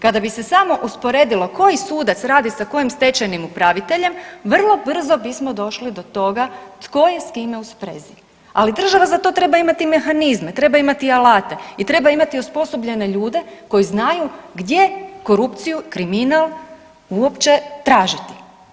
Kada bi se samo usporedilo koji sudac radi sa kojim stečajnim upraviteljem vrlo brzo bismo došli do toga tko je s kime u sprezi, ali država za to treba imati mehanizme, treba imati alate i treba imati osposobljene ljude koji znaju gdje korupciju i kriminal uopće tražiti.